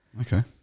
Okay